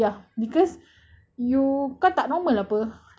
wanted to know you wanting to know you ya because